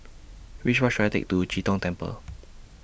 Which Bus should I Take to Chee Tong Temple